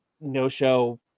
no-show